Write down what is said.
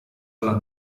alla